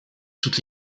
toutes